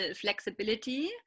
flexibility